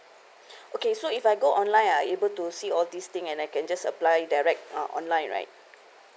okay so if I go online I able to see all this thing and I can just apply direct uh online right